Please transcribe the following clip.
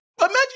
Imagine